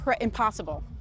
Impossible